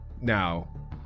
Now